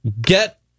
get